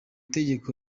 tegeko